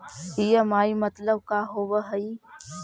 EMI मतलब का होब हइ?